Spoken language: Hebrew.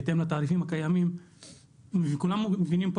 בהתאם לתעריפים הקיימים וכולנו מבינים פה